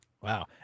Wow